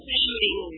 shooting